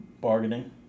Bargaining